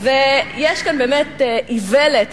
יש כאן איוולת,